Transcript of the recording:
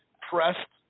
pressed